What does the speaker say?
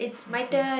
okay